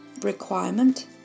Requirement